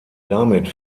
damit